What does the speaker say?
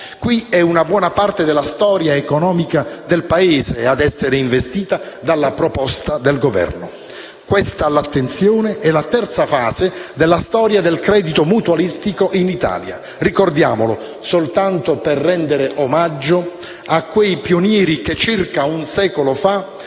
Qui è una buona parte della storia economica del Paese a essere investita dalla proposta del Governo. Quella alla nostra attenzione è, infatti, la terza fase della storia del credito mutualistico in Italia. Lo ricordiamo soltanto per rendere omaggio a quei pionieri che, circa un secolo fa,